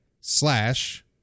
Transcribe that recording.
slash